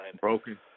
Broken